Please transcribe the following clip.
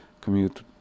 commute